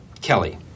Kelly